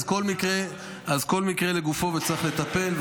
אז כל מקרה לגופו וצריך לטפל.